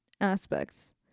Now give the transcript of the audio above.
aspects